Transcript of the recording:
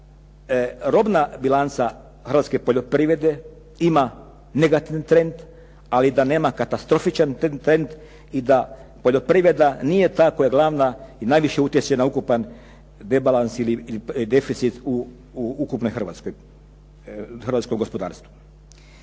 robna bilanca hrvatske poljoprivrede ima negativan trend, ali da nema katastrofičan trend i da poljoprivreda nije ta koja je glavna i najviše utječe na ukupan rebalans ili deficit u ukupnom hrvatskom gospodarstvu.